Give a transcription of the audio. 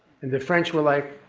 and the french were like,